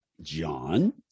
John